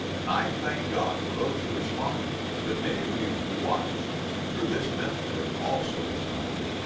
and i thank god for those who responded. but many of you who watched through this ministry also responded.